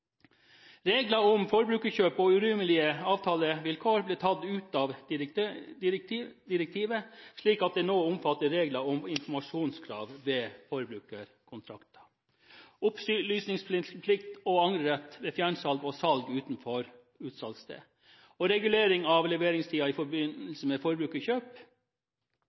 Regler om forbrukerkjøp og urimelige avtalevilkår ble tatt ut av direktivet, slik at det nå omfatter regler om informasjonskrav ved forbrukerkontrakter, opplysningsplikt og angrerett ved fjernsalg og salg utenfor utsalgssted, og regulering av leveringstiden i forbindelse med forbrukerkjøp.